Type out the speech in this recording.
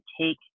take